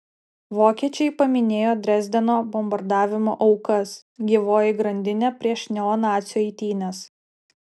vokiečiai paminėjo dresdeno bombardavimo aukas gyvoji grandinė prieš neonacių eitynes